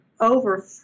over